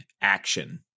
action